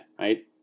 right